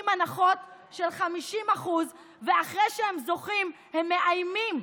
הנחות של 50% ואחרי שהם זוכים הם מאיימים,